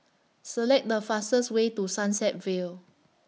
Select The fastest Way to Sunset Vale